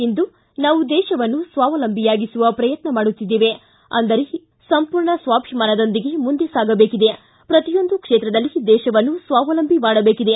ಇಂದು ನಾವು ದೇಶವನ್ನು ಸ್ವಾವಲಂಬಿಯಾಗಿಸುವ ಪ್ರಯತ್ನ ಮಾಡುತ್ತಿದ್ದೇವೆ ಅಂದರೆ ಸಂಪೂರ್ಣ ಸ್ವಾಭಿಮಾನದೊಂದಿಗೆ ಮುಂದೆ ಸಾಗಬೇಕಿದೆ ಪ್ರತಿಯೊಂದು ಕ್ಷೇತ್ರದಲ್ಲಿ ದೇಶವನ್ನು ಸ್ವಾವಲಂಬಿ ಮಾಡಬೇಕಿದೆ